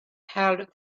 held